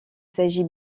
s’agit